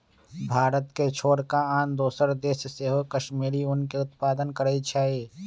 भारत के छोर कऽ आन दोसरो देश सेहो कश्मीरी ऊन के उत्पादन करइ छै